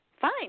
fine